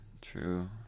True